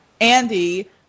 Andy